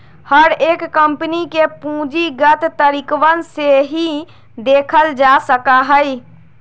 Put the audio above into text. हर एक कम्पनी के पूंजीगत तरीकवन से ही देखल जा सका हई